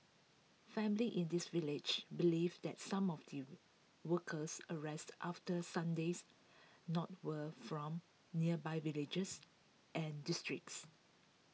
families in this village believe that some of the workers arrested after Sunday's not were from nearby villagers and districts